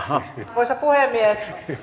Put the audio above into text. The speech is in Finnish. arvoisa puhemies